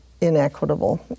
inequitable